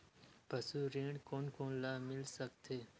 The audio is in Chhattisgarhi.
पशु ऋण कोन कोन ल मिल सकथे?